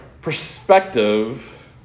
perspective